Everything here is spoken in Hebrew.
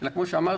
אלא כפי שאמרתי,